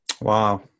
Wow